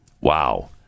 Wow